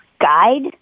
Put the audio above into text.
guide